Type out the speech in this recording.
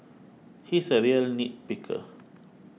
he is a real nit picker